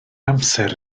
amser